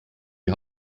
die